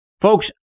Folks